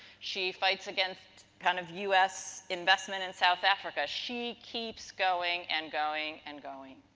she fights against kind of us investment in south africa. she keeps going and going and going.